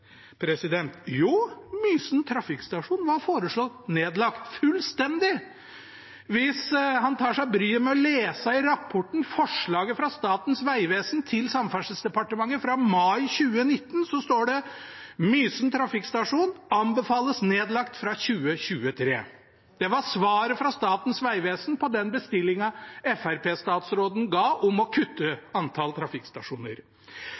Jo, Mysen trafikkstasjon var foreslått nedlagt, fullstendig. Hvis han tar seg bryet med å lese forslaget fra Statens vegvesen til Samferdselsdepartementet i rapporten fra mai 2019, vil han se at det står: Mysen trafikkstasjon anbefales lagt ned fra 2023. Det var svaret fra Statens vegvesen på den bestillingen Fremskrittsparti-statsråden ga om å